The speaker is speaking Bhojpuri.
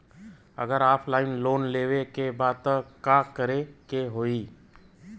अगर ऑफलाइन लोन लेवे के बा त का करे के होयी?